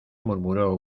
murmuró